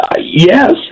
yes